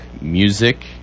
music